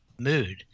mood